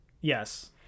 Yes